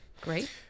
great